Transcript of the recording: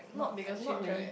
not biggest change right